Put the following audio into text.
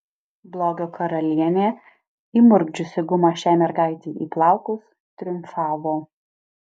blogio karalienė įmurkdžiusi gumą šiai mergaitei į plaukus triumfavo